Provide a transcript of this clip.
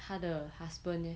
她的 husband leh